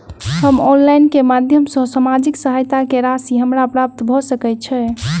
हम ऑनलाइन केँ माध्यम सँ सामाजिक सहायता केँ राशि हमरा प्राप्त भऽ सकै छै?